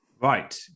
right